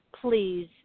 please